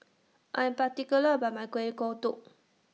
I'm particular about My Kuih Kodok